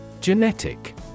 Genetic